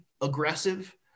aggressive